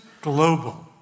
global